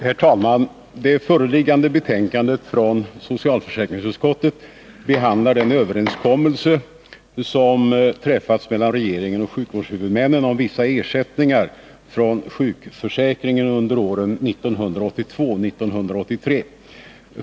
Herr talman! Det föreliggande betänkandet från socialförsäkringsutskottet behandlar den överenskommelse som träffats mellan regeringen och sjukvårdshuvudmännen om vissa ersättningar från sjukförsäkringen under åren 1982-1983.